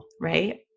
Right